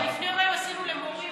לפני יומיים עשינו למורים.